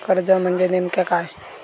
कर्ज म्हणजे नेमक्या काय?